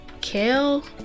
kale